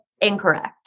incorrect